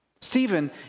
Stephen